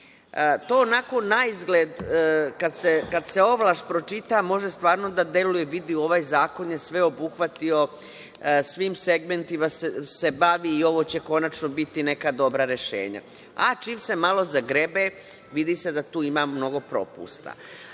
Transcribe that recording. To, onako, naizgled, kad se ovlaš pročita može stvarno da deluje – vidi, ovaj zakon je sve obuhvatio, svim segmentima se bavi i ovo će konačno biti neka dobra rešenja. A, čim se malo zagrebe vidi se da tu ima mnogo propusta,